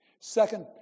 Second